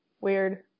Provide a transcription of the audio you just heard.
weird